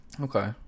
okay